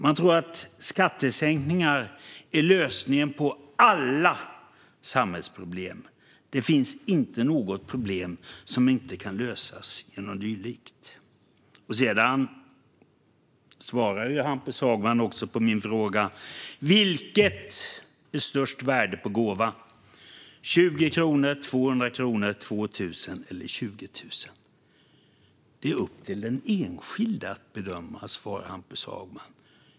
Man tror att skattesänkningar är lösningen på alla samhällsproblem. Det finns inget problem som inte kan lösas genom dylikt. Återinförd skatte-reduktion för gåvor till ideell verksamhet Hampus Hagman svarar också på min fråga: Vilket är det största värdet på en gåva? Är det 20, 200, 2 000 eller 20 000 kronor? Det är upp till den enskilde att bedöma, svarar Hampus Hagman.